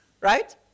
right